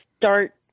start